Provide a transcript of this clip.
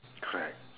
correct